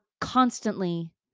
constantly